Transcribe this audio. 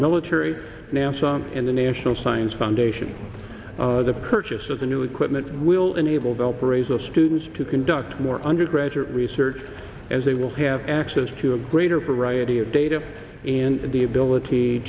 military nasa and the national science foundation the purchase of the new equipment will enable valparaiso students to conduct more undergraduate research as they will have access to a greater variety of data and the ability